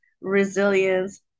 resilience